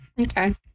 Okay